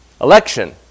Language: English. Election